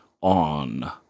on